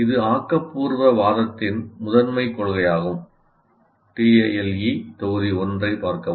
இது ஆக்கபூர்வவாதத்தின் முதன்மைக் கொள்கையாகும் TALE தொகுதி 1 ஐப் பார்க்கவும்